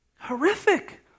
horrific